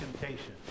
temptation